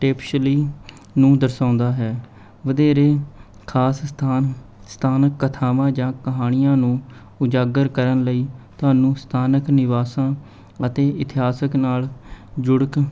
ਟੇਪਸ਼ਲੀ ਨੂੰ ਦਰਸ਼ਾਉਦਾ ਹੈ ਵਧੇਰੇ ਖਾਸ ਸਥਾਨ ਸਥਾਨਕ ਕਥਾਵਾਂ ਜਾਂ ਕਹਾਣੀਆਂ ਨੂੰ ਉਜਾਗਰ ਕਰਨ ਲਈ ਤੁਹਾਨੂੰ ਸਥਾਨਕ ਨਿਵਾਸਾਂ ਅਤੇ ਇਤਿਹਾਸਕ ਨਾਲ਼ ਜੁੜਕ